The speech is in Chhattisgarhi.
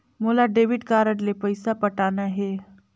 मोला डेबिट कारड ले पइसा पटाना हे?